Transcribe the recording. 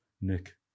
nick